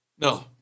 No